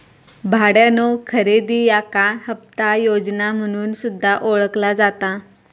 भाड्यानो खरेदी याका हप्ता योजना म्हणून सुद्धा ओळखला जाता